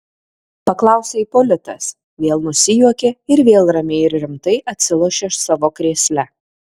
paklausė ipolitas vėl nusijuokė ir vėl ramiai ir rimtai atsilošė savo krėsle